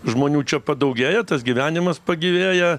žmonių čia padaugėja tas gyvenimas pagyvėja